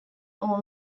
all